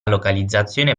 localizzazione